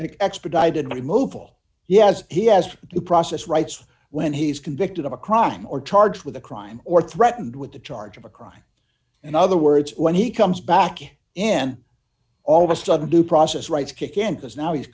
expedited removal yes he has the process rights when he is convicted of a crime or charged with a crime or threatened with the charge of a crime in other words when he comes back n all of a sudden due process rights kick in because now he's